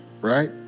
Right